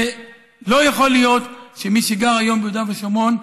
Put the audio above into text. לא יכול להיות שמי שגר היום ביהודה ושומרון,